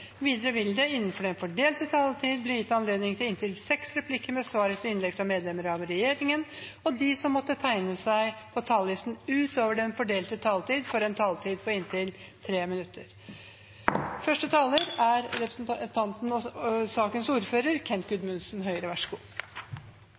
Videre vil det innenfor den fordelte taletid bli gitt anledning til inntil seks replikker med svar etter innlegg fra medlemmer av regjeringen, og de som måtte tegne seg på talerlisten utover den fordelte taletid, får også en taletid på inntil 3 minutter. Jeg vil starte med å takke alle i komiteen for samarbeidet, og